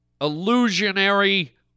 illusionary